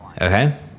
Okay